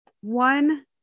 one